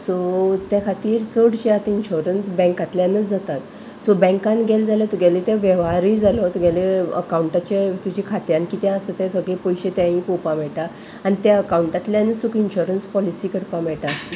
so त्या खातीर चडशे आतां इन्शोरन्स बँकांतल्यानच जातात सो बँकान गेले जाल्यार तुगेले ते वेव्हारूय जालो तुगेले अकावंटाचे तुज्या खात्यान कितें आसा ते सगळे पयशे तेंय पळोवपा मेळटा आनी त्या अकावंटातल्यानच तुका इन्श्योरन्स पॉलिसी करपा मेळटा